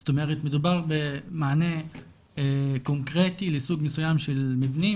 זאת אומרת מדובר במענה קונקרטי לסוג מסוים של מבנים,